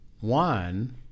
One